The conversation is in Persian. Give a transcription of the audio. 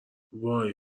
وای